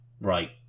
right